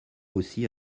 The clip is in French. aussi